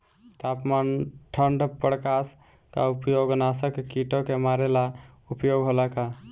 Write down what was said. तापमान ठण्ड प्रकास का उपयोग नाशक कीटो के मारे ला उपयोग होला का?